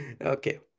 Okay